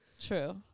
True